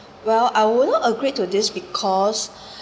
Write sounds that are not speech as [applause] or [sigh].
well I would not agree to this because [breath]